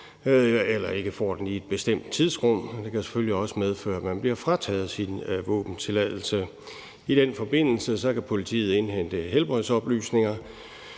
man ikke får den i et bestemt tidsrum. Det kan selvfølgelig også medføre, at man bliver frataget sin våbentilladelse. I den forbindelse kan politiet indhente helbredsoplysninger,